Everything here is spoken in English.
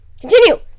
continue